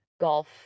golf